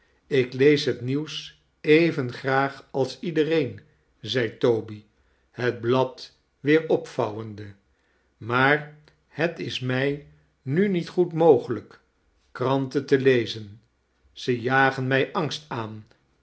ik lees het nieuws even graag als iedereen zei toby het blad weer opvouwende maar het is mij nu niet goed mogelijk kranten te lezen ze jagen mij angst aan